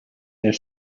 their